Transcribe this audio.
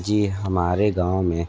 जी हमारे गाँव में